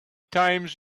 times